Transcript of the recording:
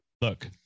look